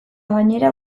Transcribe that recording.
gainera